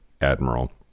admiral